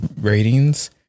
ratings